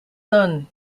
son